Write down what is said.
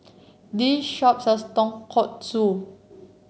this shop sells Tonkatsu